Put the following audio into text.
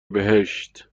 بهشت